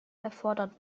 erfordert